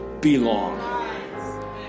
belong